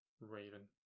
Raven